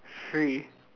free